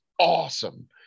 awesome